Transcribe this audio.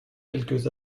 quelques